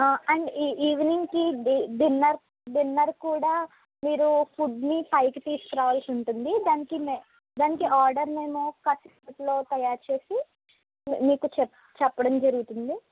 and ఇ evening కి dinner dinner కూడా మీరు ఫుడ్ ని పైకి తీసుకురావాల్సి ఉంటుంది దానికి మె దానికి ఆర్డర్ మేము పర్టికులర్ గా తయారు చేసి మీకు చెప్ చెప్పడం జరుగుతుంది